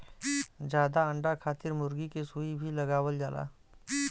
जादा अंडा खातिर मुरगी के सुई भी लगावल जाला